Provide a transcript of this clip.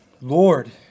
Lord